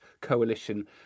coalition